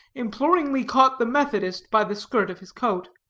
imploringly caught the methodist by the skirt of his coat.